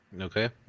Okay